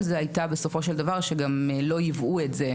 זה הייתה בסופו של דבר שגם לא ייבאו את זה,